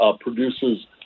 produces